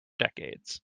decades